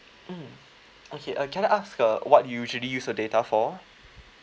mm okay uh can I ask uh what do you usually use the data for